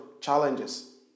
challenges